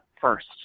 first